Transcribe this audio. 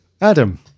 Adam